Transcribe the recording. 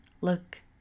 look